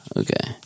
okay